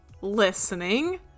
listening